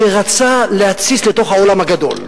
שרצה להציץ לתוך העולם הגדול,